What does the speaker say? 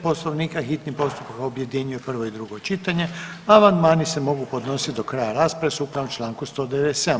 Poslovnika hitni postupak objedinjuje prvo i drugo čitanje, a amandmani se mogu podnosit do kraja rasprave sukladno čl. 197.